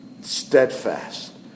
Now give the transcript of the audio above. steadfast